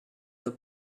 del